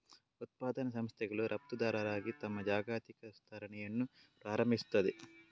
ಉತ್ಪಾದನಾ ಸಂಸ್ಥೆಗಳು ರಫ್ತುದಾರರಾಗಿ ತಮ್ಮ ಜಾಗತಿಕ ವಿಸ್ತರಣೆಯನ್ನು ಪ್ರಾರಂಭಿಸುತ್ತವೆ